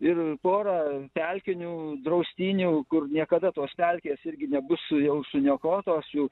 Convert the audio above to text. ir pora pelkinių draustinių kur niekada tos pelkės irgi nebus jau suniokotos jau